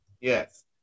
Yes